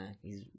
he's-